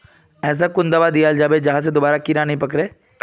ऐसा कुन दाबा दियाल जाबे जहा से दोबारा कीड़ा नी पकड़े?